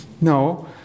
no